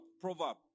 proverb